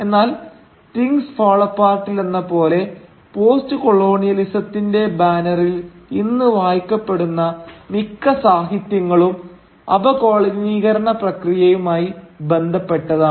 എന്നാൽ things fall അപ്പാർട്ടിലെന്ന പോലെ പോസ്റ്റ് കൊളോണിയലിസത്തിന്റെ ബാനറിൽ ഇന്ന് വായിക്കപ്പെടുന്ന മിക്ക സാഹിത്യങ്ങളും അപകോളനീകരണ പ്രക്രിയയുമായി ബന്ധപ്പെട്ടതാണ്